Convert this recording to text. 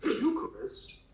Eucharist